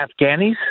Afghanis